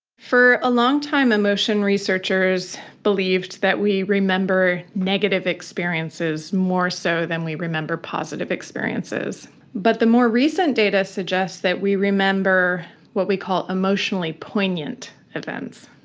for a long time emotion researchers believed to that we remember negative experiences more so than we remember positive experiences. but the more recent data suggests that we remember what we call emotionally poignant events.